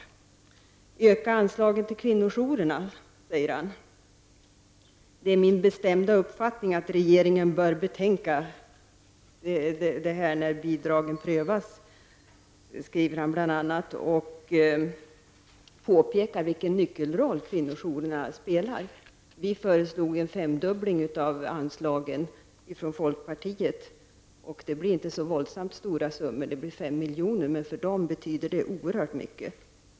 Han anser även att anslagen till kvinnojourerna skall ökas. Han skriver bl.a. att det är hans bestämda uppfattning att regeringen bör betänka detta när bidragen prövas. Han påpekar vilken nyckelroll kvinnojourerna spelar. Vi från folkpartiet föreslog en femdubbling av anslagen. Det handlar inte om så väldigt stora summor, det blir 5 miljoner. Men för dessa kvinnor betyder detta oerhört mycket.